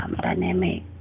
dynamic